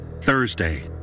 Thursday